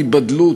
ההיבדלות,